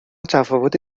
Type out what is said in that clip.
تفاوت